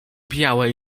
białe